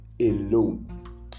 alone